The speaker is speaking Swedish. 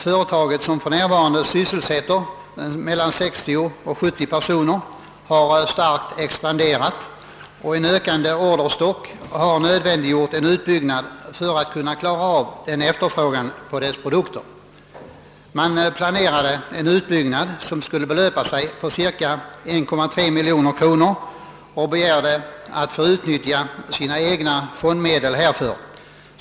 Företaget, som för närvarande sysselsätter mellan 60 och 70 personer, har expanderat starkt, och en ökande orderstock har nödvändiggjort en utbyggnad för att klara efterfrågan på företagets produkter. Man planerade en utbyggnad som skulle belöpa sig till cirka 1,3 miljon kronor och begärde att få utnyttja sina egna fondmedel härför.